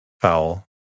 Fowl